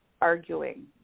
arguing